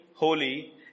holy